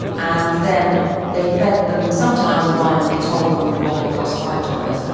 and then they fed them sometimes a wine that they told them the bottle cost five dollars,